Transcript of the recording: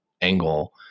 angle